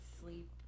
sleep